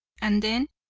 and then,